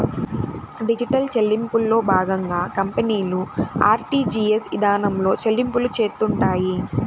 digital చెల్లింపుల్లో భాగంగా కంపెనీలు ఆర్టీజీయస్ ఇదానంలో చెల్లింపులు చేత్తుంటాయి